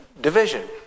division